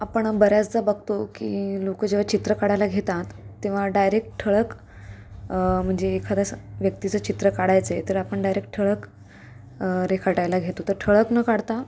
आपण बऱ्याचदा बघतो की लोक जेव्हा चित्र काढायला घेतात तेव्हा डायरेक्ट ठळक म्हणजे एखाद्या व्यक्तीचं चित्र काढायचं आहे तर आपण डायरेक्ट ठळक रेखाटायला घेतो तर ठळक न काढता